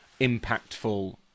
impactful